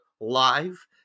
live